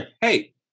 hey